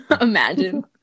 Imagine